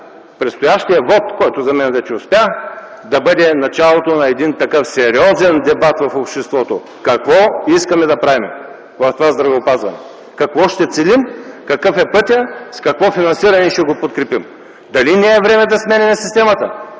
предстоящия вот, който за мен вече успя, да бъде началото на такъв сериозен дебат в обществото – какво искаме да правим в здравеопазването, какво ще целим, какъв е пътят, с какво финансиране ще го подкрепим. Дали не е време да сменяме системата?